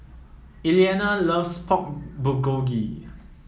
Eliana loves Pork Bulgogi